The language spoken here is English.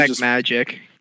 magic